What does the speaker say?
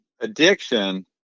addiction